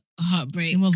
heartbreak